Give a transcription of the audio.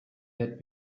had